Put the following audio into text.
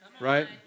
Right